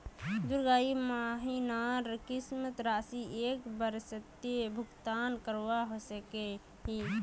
दुई महीनार किस्त राशि एक बारोत भुगतान करवा सकोहो ही?